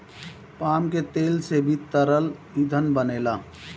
palm के तेल से भी तरल ईंधन बनेला